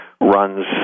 runs